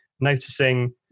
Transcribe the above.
noticing